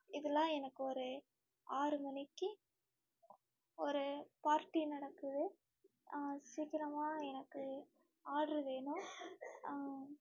இதெலாம் எனக்கு ஒரு ஆறு மணிக்கு ஒரு பார்ட்டி நடக்குது சீக்கிரமாக எனக்கு ஆர்ட்ரு வேணும்